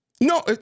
No